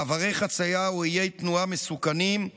מעברי חצייה או איי תנועה מסוכנים,